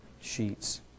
sheets